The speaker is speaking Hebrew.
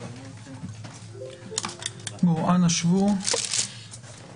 אנחנו נמצאים